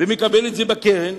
מקבל את הקרן